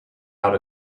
out